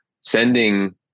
sending